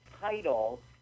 title